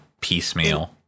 piecemeal